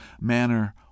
manner